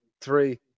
three